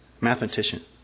mathematician